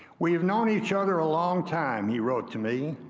we've known each other a long time you wrote to me.